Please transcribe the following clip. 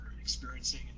experiencing